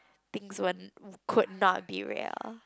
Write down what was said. things could not be real